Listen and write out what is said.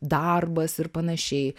darbas ir panašiai